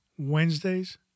Wednesdays